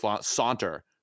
saunter